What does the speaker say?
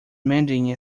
mending